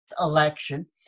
election